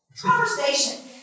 conversation